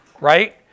right